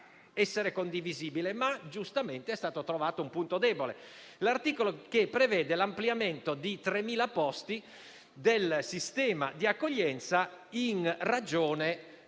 essere condivisibile, ma giustamente è stato trovato un punto debole. Mi riferisco all'articolo che prevede un ampliamento di 3.000 posti del sistema di accoglienza in ragione